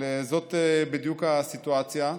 אבל זאת בדיוק הסיטואציה.